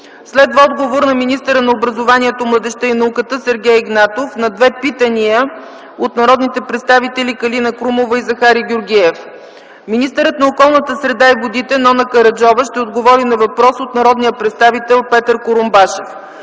Следва отговор на министъра на образованието, младежта и науката Сергей Игнатов на две питания от народните представители Калина Крумова и Захари Георгиев. Министърът на околната среда и водите Нона Караджова ще отговори на въпрос от народния представител Петър Курумбашев.